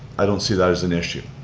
i don't see that as an issue,